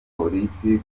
polisi